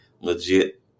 legit